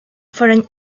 fueron